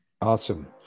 Awesome